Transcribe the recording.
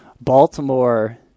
Baltimore